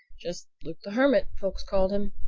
just luke the hermit folks called him.